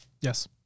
Yes